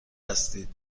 هستید